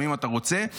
אם אתה רוצה,